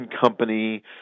company